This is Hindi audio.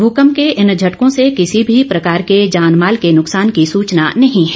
भुकंप के इन झटकों से किसी भी प्रकार के जान माल के नुकसान की सूचना नहीं है